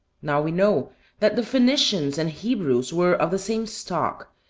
now we know that the phoenicians and hebrews were of the same stock,